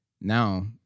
Now